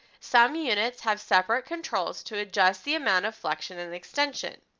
some units have separate controls to adjust the amount of flexion and extension.